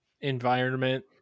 Environment